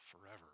forever